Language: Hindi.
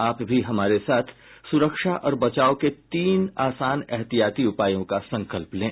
आप भी हमारे साथ सुरक्षा और बचाव के तीन आसान एहतियाती उपायों का संकल्प लें